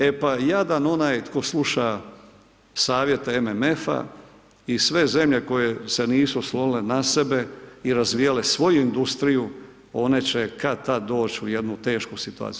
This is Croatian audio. E pa jadan onaj tko sluša savjete MMF-a, i sve zemlje koje se nisu oslonile na sebe i razvijale svoju industriju, one će kad-tad doć' u jednu tešku situaciju.